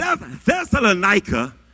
Thessalonica